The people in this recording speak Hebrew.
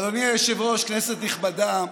אדוני היושב-ראש, כנסת נכבדה,